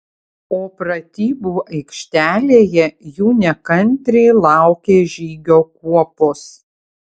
o pratybų aikštelėje jų nekantriai laukė žygio kuopos